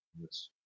Yes